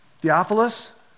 Theophilus